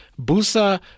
BUSA